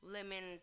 Lemon